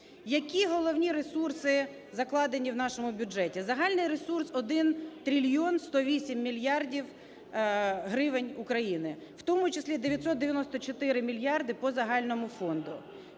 Які головні ресурси закладені в нашому бюджеті. Загальний ресурс - 1 трильйон 108 мільярдів гривень України, в тому числі 994 мільярди по загальному фонду.